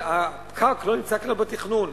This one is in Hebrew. הפקק לא נמצא כלל בתכנון,